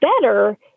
better